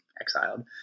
exiled